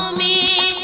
me